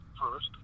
first